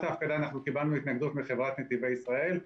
ההפקדה קיבלנו התנגדות מחברת נתיבי ישראל.